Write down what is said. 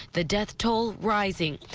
the death toll rising.